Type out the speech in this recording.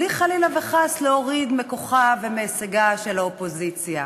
בלי חלילה וחס להוריד מכוחה ומהישגה של האופוזיציה.